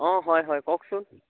অঁ হয় হয় কওকচোন